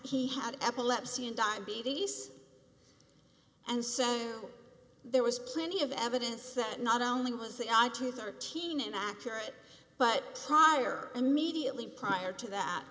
he had epilepsy and diabetes and so there was plenty of evidence that not only was the eye to thirteen and accurate but higher immediately prior to that